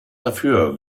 dafür